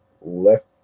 Left